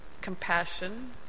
compassion